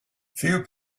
few